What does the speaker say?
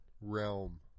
realm